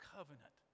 Covenant